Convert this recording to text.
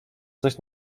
coś